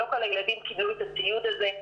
לא כל הילדים קיבלו את הציוד הזה.